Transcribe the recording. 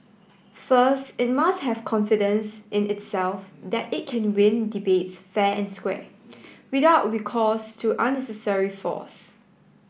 first it must have confidence in itself that it can win debates fair and square without recourse to unnecessary force